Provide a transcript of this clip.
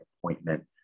appointment